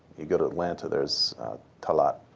you go to atlanta, there's talat.